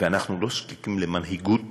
ואנחנו לא זקוקים למנהיגות